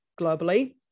globally